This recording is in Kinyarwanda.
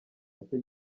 nacyo